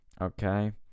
Okay